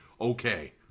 okay